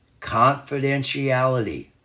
Confidentiality